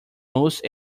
most